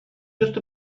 just